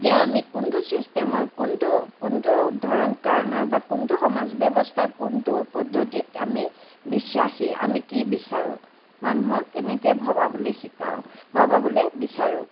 যে আমি কোনটো ছিষ্টেমৰ কোনটো কোনটো ধৰণ কৰণৰ বা কোনটো সমাজ ব্যৱস্থা কোনটো পদ্ধতিত আমি বিশ্বাসী আমি কি বিচাৰোঁ মানুহক এনেকৈ ভবাবলৈ শিকাওঁ বা ভবাবলৈ বিচাৰোঁ